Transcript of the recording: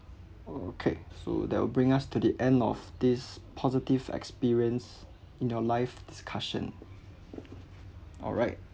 okay so that will bring us to the end of this positive experience in your life discussion alright